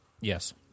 Yes